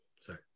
sorry